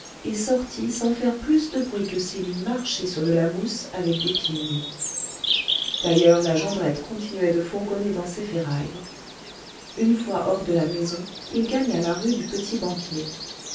et sortit sans faire plus de bruit que s'il eût marché sur de la mousse avec des pieds nus d'ailleurs la jondrette continuait de fourgonner dans ses ferrailles une fois hors de la maison il gagna la rue du